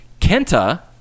Kenta